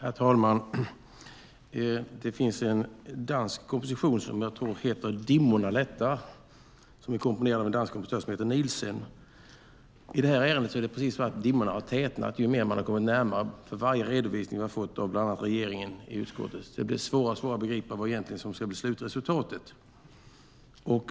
Herr talman! Det finns en dansk komposition som heter Dimman lättar. Den är komponerad av en dansk kompositör som heter Nielsen. I det här ärendet är det så att dimman har tätnat för varje redovisning vi har fått av bland annat regeringen i utskottet. Det blir svårare och svårare att begripa vad som egentligen ska bli slutresultatet.